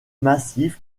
massif